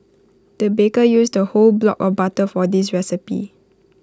the baker used A whole block of butter for this recipe